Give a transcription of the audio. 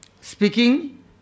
speaking